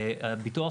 המוסד לביטוח